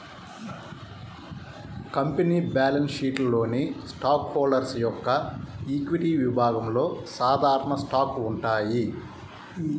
company balance షీట్లోని stockholder యొక్క equity విభాగంలో సాధారణ స్టాక్స్ ఉంటాయి